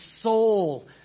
soul